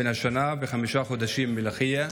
בן שנה וחמישה חודשים מלקיה,